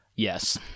Yes